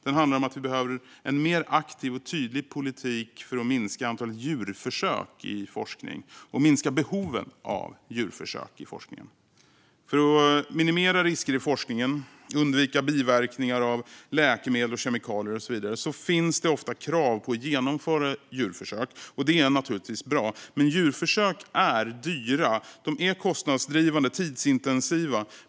Den handlar om att vi behöver en mer aktiv och tydlig politik för att minska antalet djurförsök i forskning och även behovet av djurförsök i forskningen. För att minimera risker i forskningen och undvika biverkningar av läkemedel, kemikalier och så vidare finns det ofta krav på att genomföra djurförsök. Det är naturligtvis bra. Men djurförsök är dyra, kostnadsdrivande och tidsintensiva.